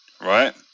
right